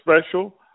special